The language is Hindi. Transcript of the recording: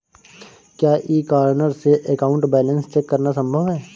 क्या ई कॉर्नर से अकाउंट बैलेंस चेक करना संभव है?